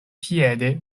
piede